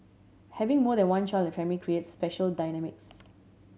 having more than one child in the family creates special dynamics